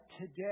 today